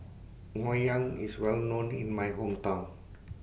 Ngoh Hiang IS Well known in My Hometown